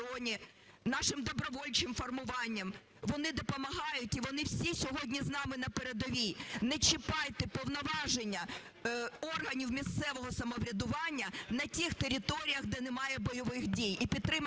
нашим добровольчим формуванням? Вони допомагають і вони всі сьогодні з нами на передовій. Не чіпайте повноваження органів місцевого самоврядування на тих територіях, де немає бойових дій.